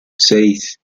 seis